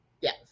Yes